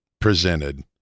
presented